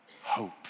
hope